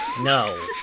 No